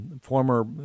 former